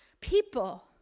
people